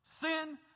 Sin